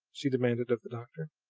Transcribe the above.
she demanded of the doctor.